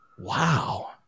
Wow